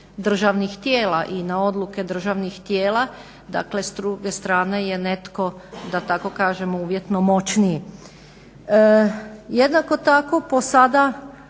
državnih tijela i na odluke državnih tijela, dakle s druge strane je netko da tako kažem uvjetno moćniji. Jednako tako, po sada